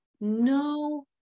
no